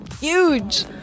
huge